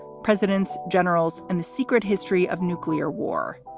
presidents, generals and the secret history of nuclear war.